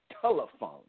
telephone